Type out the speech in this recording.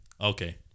Okay